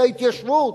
על ההתיישבות,